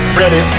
ready